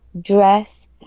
dress